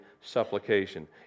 supplication